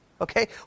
okay